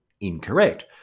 incorrect